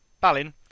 Balin